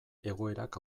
egoerak